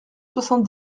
soixante